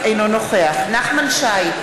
אינו נוכח נחמן שי,